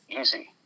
easy